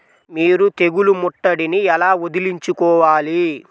మీరు తెగులు ముట్టడిని ఎలా వదిలించుకోవాలి?